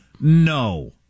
No